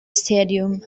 stadium